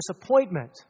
disappointment